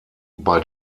bei